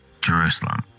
Jerusalem